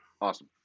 Awesome